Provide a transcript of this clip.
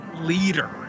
leader